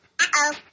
Uh-oh